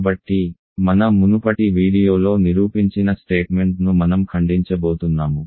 కాబట్టి మన మునుపటి వీడియోలో నిరూపించిన స్టేట్మెంట్ ను మనం ఖండించబోతున్నాము